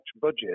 budget